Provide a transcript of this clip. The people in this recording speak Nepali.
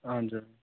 हजुर